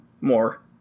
more